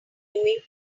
doing